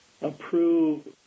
Approve